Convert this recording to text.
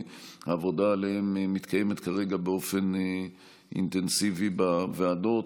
והעבודה עליהם מתקיימת כרגע באופן אינטנסיבי בוועדות,